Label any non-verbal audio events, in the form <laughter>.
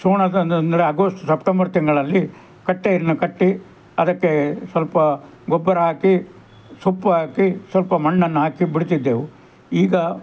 ಸೋಣ <unintelligible> ಅಂದ್ರೆ August September ತಿಂಗಳಲ್ಲಿ ಕಟ್ಟೆಯನ್ನು ಕಟ್ಟಿ ಅದಕ್ಕೆ ಸ್ವಲ್ಪ ಗೊಬ್ಬರ ಹಾಕಿ ಸೊಪ್ಪು ಹಾಕಿ ಸ್ವಲ್ಪ ಮಣ್ಣನ್ನ ಹಾಕಿ ಬಿಡ್ತಿದ್ದೆವು ಈಗ